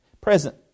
Present